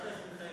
אני מודע לכך,